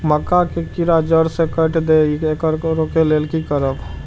मक्का के कीरा जड़ से काट देय ईय येकर रोके लेल की करब?